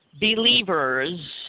believers